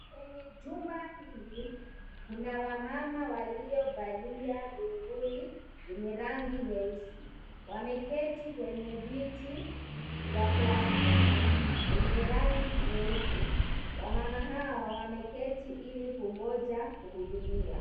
Kwenye jumba hili, kuna wamama waliovalia buibui zenye rangi nyeusi. Wameketi kwenye viti vya plastiki vyenye rangi nyeupe. Wamama hawa wameketi ili kungoja kuhudumiwa.